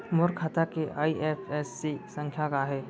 मोर खाता के आई.एफ.एस.सी संख्या का हे?